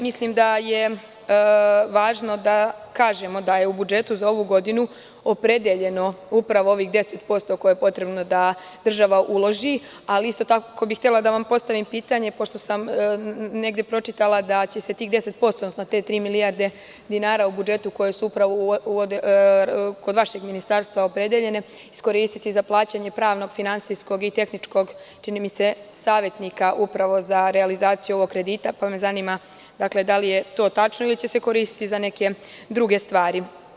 Mislim da je važno da kažemo da je u budžetu za ovu godinu opredeljeno upravo ovih 10 posto, koje je potrebno da država uloži, ali isto tako bih htela da vam postavim pitanje, pošto sam negde pročitala da će se tih 10 posto, odnosno te 3 milijarde dinara u budžetu koje su upravo kod vašeg ministarstva opredeljene, iskoristiti za plaćanje pravnog finansijskog i tehničkog, čini mi se savetnika za realizaciju ovog kredita, pa me zanima, da li je to tačno ili će se koristiti za neke druge stvari.